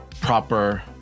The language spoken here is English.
proper